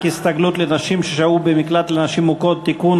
הסתגלות לנשים ששהו במקלט לנשים מוכות) (תיקון,